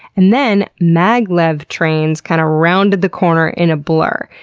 and then maglev trains kind of rounded the corner in a blur.